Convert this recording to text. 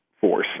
force